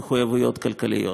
מחויבויות כלכליות.